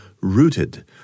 Rooted